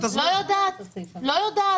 דרמטית ולהערכתי תעריפי המוניות עוד יוזלו ולא יתייקרו.